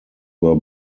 were